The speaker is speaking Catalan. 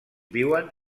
viuen